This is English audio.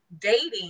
dating